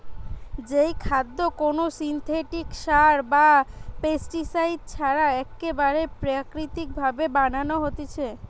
যেই খাদ্য কোনো সিনথেটিক সার বা পেস্টিসাইড ছাড়া একেবারে প্রাকৃতিক ভাবে বানানো হতিছে